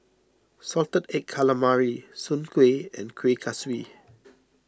Salted Egg Calamari Soon Kueh and Kuih Kaswi